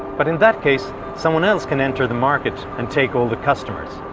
but in that case, someone else can enter the market and take all the customers.